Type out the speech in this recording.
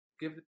give